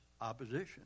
opposition